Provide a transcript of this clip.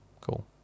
Cool